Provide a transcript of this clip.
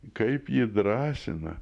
kaip jį drąsina